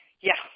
Yes